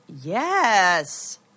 Yes